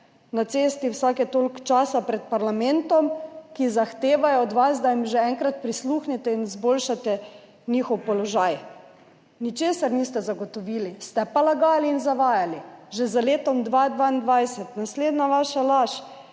na cesti, vsake toliko časa pred parlamentom, ko zahtevajo od vas, da jim že enkrat prisluhnete in izboljšate njihov položaj. Ničesar niste zagotovili. Ste pa lagali in zavajali. Že z letom 2022. Naslednja vaša laž.